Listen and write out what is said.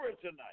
tonight